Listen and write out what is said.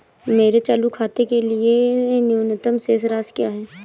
मेरे चालू खाते के लिए न्यूनतम शेष राशि क्या है?